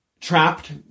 trapped